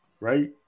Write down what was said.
right